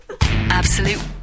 Absolute